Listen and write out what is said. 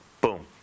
boom